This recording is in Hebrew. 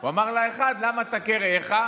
הוא אמר לאחד: "למה תכה רעך?"